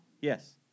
yes